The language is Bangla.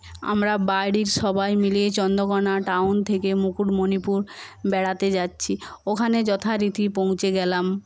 আমরা বাড়ির সবাই মিলে চন্দ্রকোনা টাউন থেকে মুকুটমণিপুর বেড়াতে যাচ্ছি ওখানে যথারীতি পৌঁছে গেলাম